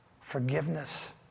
forgiveness